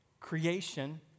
creation